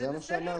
זה מה שאמרתי.